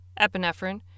epinephrine